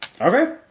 Okay